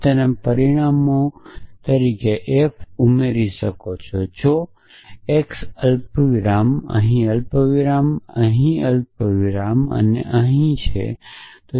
તમે પરિમાણો તરીકે f ઉમેરી શકો છો જેથી x અલ્પવિરામ f અહી મૂકો અહી પણ અલ્પવિરામ f મૂકો અને અહીં પણ અલ્પવિરામ f મૂકો